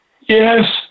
Yes